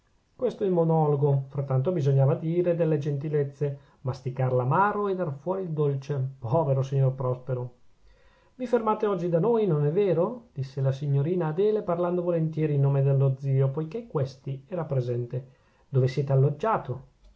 questo il monologo frattanto bisognava dire delle gentilezze masticar l'amaro e dar fuori il dolce povero signor prospero vi fermate oggi da noi non è vero disse la signorina adele parlando volentieri in nome dello zio poichè questi era presente dove siete alloggiato